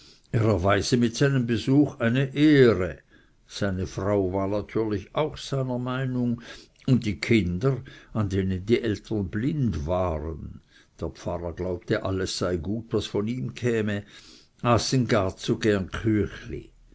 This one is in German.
mit seinem besuch eine ehre seine frau war natürlich seiner meinung und die kinder an denen die eltern blind waren der pfarrer glaubte alles sei gut was von ihm käme aßen gar zu gern